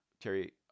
Terry